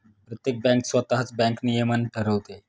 प्रत्येक बँक स्वतःच बँक नियमन ठरवते